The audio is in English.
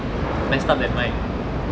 messed up than mine